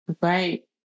Right